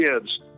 kids